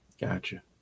Gotcha